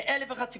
מאלף ואחת סיבות,